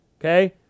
okay